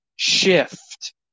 shift